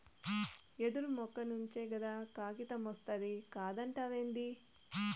యెదురు మొక్క నుంచే కదా కాగితమొస్తాది కాదంటావేంది